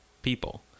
people